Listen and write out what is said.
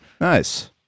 Nice